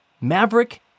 Maverick